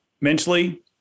mentally